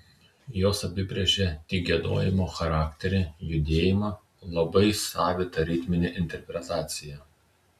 jos apibrėžė tik giedojimo charakterį judėjimą labai savitą ritminę interpretaciją